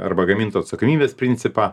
arba gamintojo atsakomybės principą